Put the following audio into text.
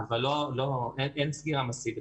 זה מצב עגום.